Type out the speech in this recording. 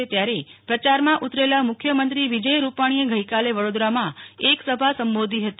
આ તરફ પ્રચારમાં ઉતરેલા મુખ્યમંત્રી વિજય રૂપાણીએ ગઈકાલે વડોદરામાં એક સભા સંબોધી હતી